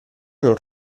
non